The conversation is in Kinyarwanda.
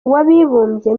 w’abibumbye